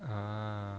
ah